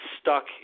stuck